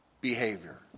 behavior